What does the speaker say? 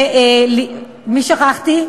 את מי שכחתי?